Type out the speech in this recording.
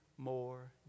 more